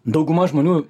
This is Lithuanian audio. dauguma žmonių